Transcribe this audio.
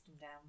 down